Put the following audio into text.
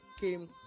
came